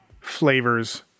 flavors